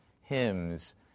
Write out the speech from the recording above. hymns